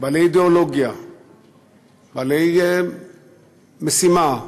בעלי אידיאולוגיה, בעלי משימה,